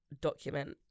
document